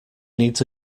needs